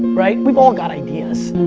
right? we've all got ideas.